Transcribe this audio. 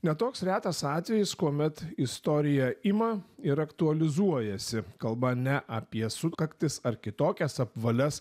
ne toks retas atvejis kuomet istorija ima ir aktualizuojasi kalba ne apie sukaktis ar kitokias apvalias